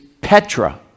petra